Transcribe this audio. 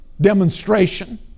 demonstration